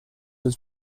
was